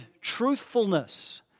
truthfulness